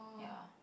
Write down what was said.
ya